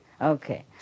Okay